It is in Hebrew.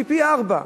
שילמתי פי-ארבעה.